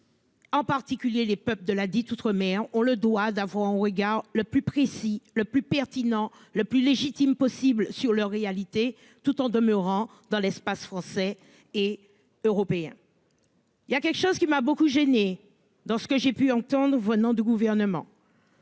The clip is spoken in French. En particulier les pubs de la dite outre-mer ont le droit d'avoir en regard le plus précis, le plus pertinent le plus légitime possible sur leur réalité tout en demeurant dans l'espace français et européen. Il y a quelque chose qui m'a beaucoup gêné dans ce que j'ai pu entendre venant du gouvernement.